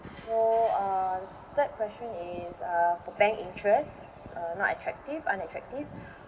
for uh third question is uh for bank interest uh not attractive unattractive